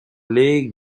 les